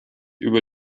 über